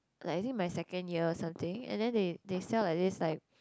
like is it my second year or something and then they they sell like this